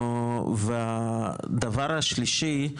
הדבר השלישי,